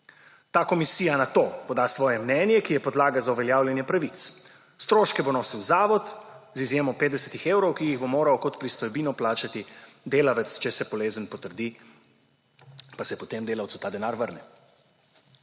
Ta komisija nato poda svoje mnenje, ki je podlaga za uveljavljanje pravic. Stroške bo nosil zavod, z izjemo 50 evrov, ki jih bo moral kot pristojbino plačati delavec. Če se bolezen potrdi, pa se potem delavcu ta denar vrne.